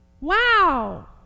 Wow